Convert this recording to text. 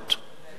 באמת?